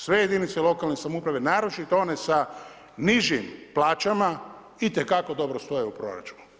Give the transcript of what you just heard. Sve jedinice lokalne samouprave, naročito one sa nižim plaćama itekako dobro stoje u proračunu.